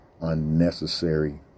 unnecessary